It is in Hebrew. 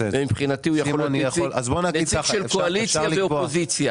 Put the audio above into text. מבחינתי הוא יכול להיות נציג קואליציה ואופוזיציה.